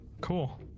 Cool